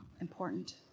important